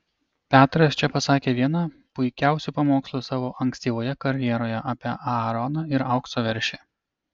petras čia pasakė vieną puikiausių pamokslų savo ankstyvoje karjeroje apie aaroną ir aukso veršį